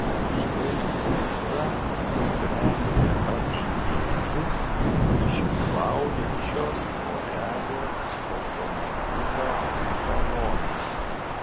štai ūdra nusprendė apžiūrėti iškylaujančios porelės automobilio saloną